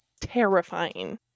terrifying